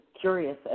curious